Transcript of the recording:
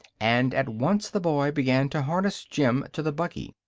and at once the boy began to harness jim to the buggy.